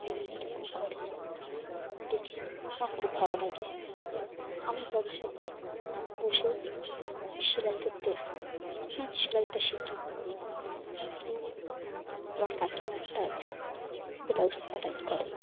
বিভিন্ন রকম করে দেখে আমার খুব ভালো লাগে আমি তাদের সাথে বসে সেলাই করতে সেলাইটা শিখি কিন্তু আমার কাকিমা একটা আছে ব্লাউজ কাটিং করে